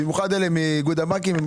במיוחד אלה מאיגוד הבנקים,